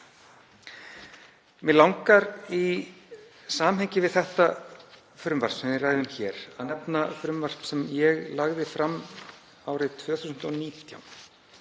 Mig langar í samhengi við þetta frumvarp sem við ræðum að nefna frumvarp sem ég lagði fram árið 2019,